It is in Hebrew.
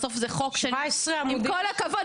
בסוף זה חוק שעם כל הכבוד --- 17 עמודים של חוק.